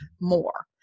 more